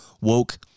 woke